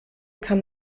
kann